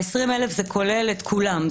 ה-20,000 זה כולל את כולם,